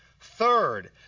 Third